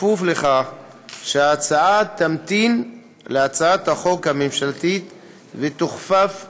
בכפוף לכך שההצעה תמתין להצעת החוק הממשלתית ותוכפף אליה.